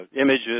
images